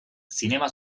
zinema